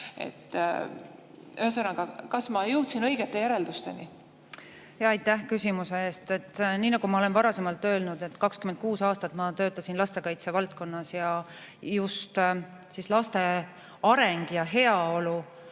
Ühesõnaga, kas ma jõudsin õigete järeldusteni? Aitäh küsimuse eest! Nii nagu ma olen varasemalt öelnud, ma töötasin 26 aastat lastekaitse valdkonnas ja just laste areng ja heaolu